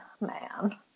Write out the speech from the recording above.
man